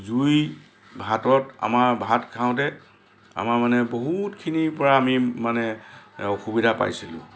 জুই ভাতত আমাৰ ভাত খাওঁতে আমাৰ মানে বহুতখিনিৰপৰা আমি মানে অসুবিধা পাইছিলোঁ